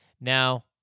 Now